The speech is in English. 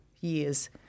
years